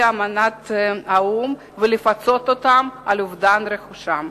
אמנת האו"ם ולפצות אותם על אובדן רכושם.